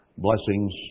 blessings